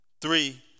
three